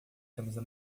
camisa